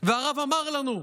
והרב אמר לנו: